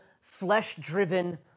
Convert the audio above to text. flesh-driven